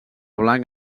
blanc